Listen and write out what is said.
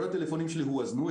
כל הטלפונים שלי הואזנו.